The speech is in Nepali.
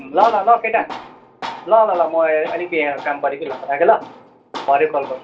ल ल ल केटा ल ल ल म अलिक यहाँ काम पर्यो कि ल राखेँ ल भरे कल गर्छु